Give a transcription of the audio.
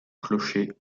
clocher